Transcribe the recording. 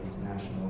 international